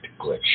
Glitch